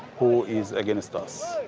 who is against us?